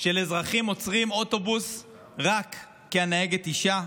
של אזרחים עוצרים אוטובוס רק כי הנהגת אישה.